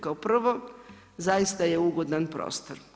Kao prvo zaista je ugodan prostor.